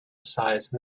size